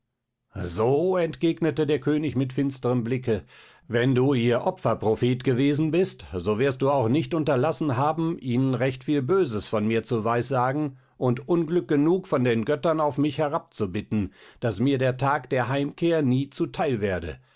so entgegnete der könig mit finsterm blicke wenn du ihr opferprophet gewesen bist so wirst du auch nicht unterlassen haben ihnen recht viel böses von mir zu weissagen und unglück genug von den göttern auf mich herab zu bitten daß mir der tag der heimkehr nie zu teil werde